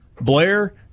Blair